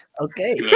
Okay